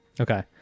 Okay